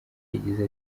yagize